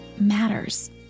matters